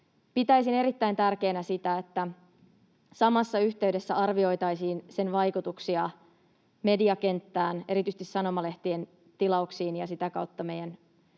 pitäisin erittäin tärkeänä sitä, että samassa yhteydessä arvioitaisiin sen vaikutuksia mediakenttään, erityisesti sanomalehtien tilauksiin ja sitä kautta median